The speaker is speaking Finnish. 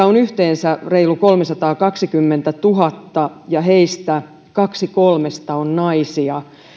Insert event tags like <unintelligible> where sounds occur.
<unintelligible> on yhteensä reilu kolmesataakaksikymmentätuhatta ja heistä kaksi kolmesta on naisia